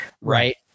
Right